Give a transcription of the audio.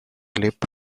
lip